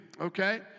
Okay